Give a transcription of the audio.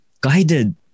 guided